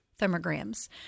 thermograms